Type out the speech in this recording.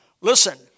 Listen